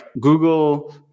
Google